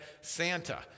Santa